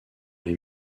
les